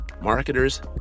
marketers